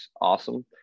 awesome